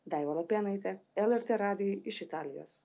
daiva lapėnaitė lrt radijui iš italijos